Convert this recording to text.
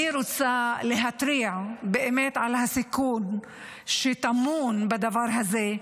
אני רוצה להתריע באמת על הסיכון שטמון בדבר הזה.